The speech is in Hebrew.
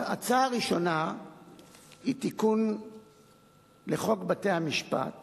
ההצעה הראשונה היא תיקון לחוק בתי-המשפט